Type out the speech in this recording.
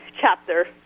chapter